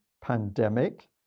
pandemic